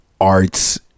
Arts